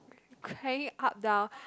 hanging up down